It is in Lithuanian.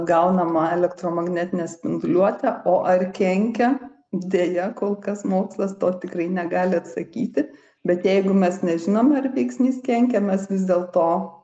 gaunamą elektromagnetinę spinduliuotę o ar kenkia deja kol kas mokslas to tikrai negali atsakyti bet jeigu mes nežinom ar veiksnys kenkia mes vis dėlto